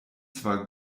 zwar